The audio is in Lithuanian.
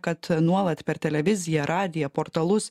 kad nuolat per televiziją radiją portalus